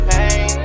Pain